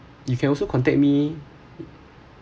you can also contact me